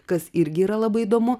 kas irgi yra labai įdomu